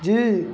जी